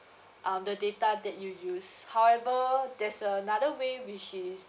um the data that you used however there's another way which is